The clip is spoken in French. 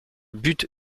but